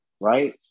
right